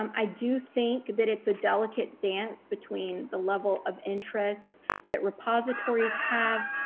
um i do think that it's a delicate dance between the level of interest that repositories have,